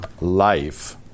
life